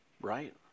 right